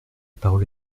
parole